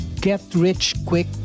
get-rich-quick